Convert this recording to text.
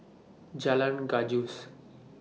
Jalan Gajus